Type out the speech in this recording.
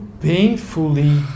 painfully